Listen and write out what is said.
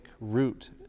root